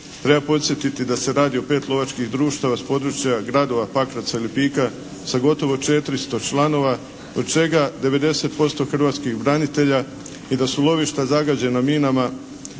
Treba podsjetiti da se radi o pet lovačkih društava s područja gradova Pakraca i Lipika sa gotovo 400 članova od čega 90% hrvatskih branitelja i da su lovišta zagađena minama